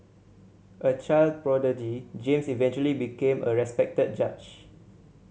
a child prodigy James eventually became a respected judge